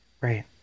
right